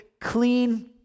clean